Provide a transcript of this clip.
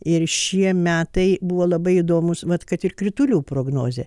ir šie metai buvo labai įdomūs vat kad ir kritulių prognozė